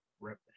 rip